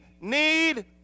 need